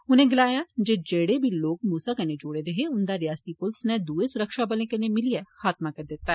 उनें गलाया जे जेड़े बी लोक मूसा कन्नै जुड़े दे हे उन्दा रियासती पुलस नै दुए सुरक्षाबलें कन्नै मिलिए खात्मा करी दित्ता